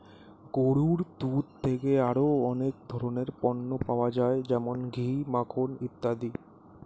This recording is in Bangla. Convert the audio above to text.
গরুর দুধ থেকে আরো অনেক ধরনের পণ্য পাওয়া যায় যেমন ঘি, মাখন ইত্যাদি